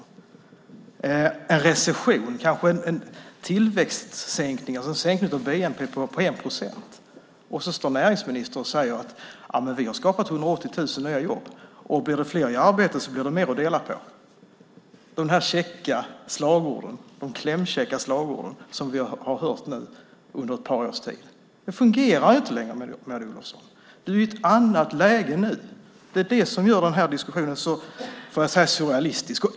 Vi har en recession, kanske en tillväxtsänkning, alltså en sänkning av bnp på 1 procent, och då säger näringsministern att man har skapat 180 000 nya jobb och att om det blir fler i arbete så blir det mer att dela på. Det är de klämkäcka slagord som vi har hört under ett par års tid. Det fungerar ju inte längre, Maud Olofsson. Det är ett annat läge nu. Det är det som gör den här diskussionen så surrealistisk.